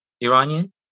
Iranian